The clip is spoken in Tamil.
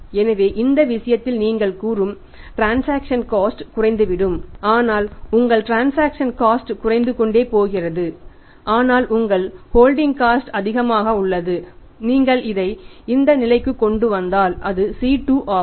எனவே இந்த விஷயத்தில் நீங்கள் கூறும் டிரன்சாக்சன் காஸ்ட் அதிகமாக உள்ளது நீங்கள் இதை இந்த நிலைக்கு கொண்டு வந்தால் அது C2 ஆகும்